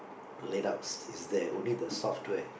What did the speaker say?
layout is there only the software